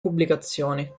pubblicazioni